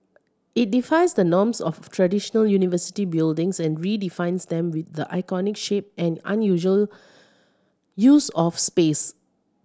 it defies the norms of traditional university buildings and redefines them with the iconic shape and unusual use of space